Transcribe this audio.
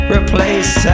Replace